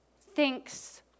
thinks